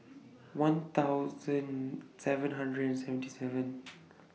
one thousand seven hundred and seventy seven